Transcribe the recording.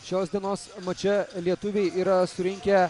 šios dienos mače lietuviai yra surinkę